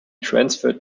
transferred